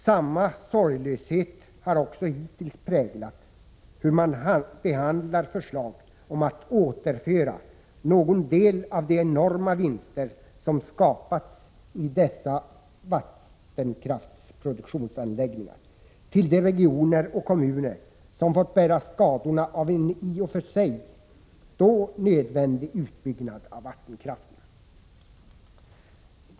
Samma sorglöshet har också hittills präglat behandlingen av förslag om att återföra någon del av de enorma vinster som skapats i dessa vattenkraftproduktionsanläggningar till de regioner och kommuner som fått bära skadorna av en i och för sig då nödvändig utbyggnad av vattenkraften.